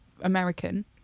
american